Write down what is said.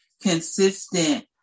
consistent